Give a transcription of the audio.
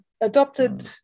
adopted